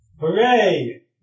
Hooray